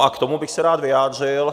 K tomu bych se rád vyjádřil.